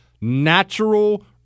natural